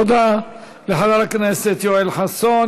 תודה לחבר הכנסת יואל חסון.